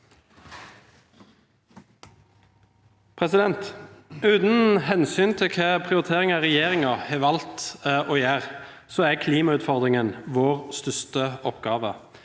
Uten hensyn til hvil- ke prioriteringer regjeringen har valgt å gjøre, er klimautfordringen vår største oppgave.